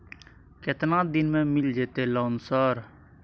केतना दिन में मिल जयते लोन सर?